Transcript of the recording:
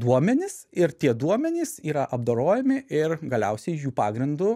duomenis ir tie duomenys yra apdorojami ir galiausiai jų pagrindu